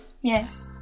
Yes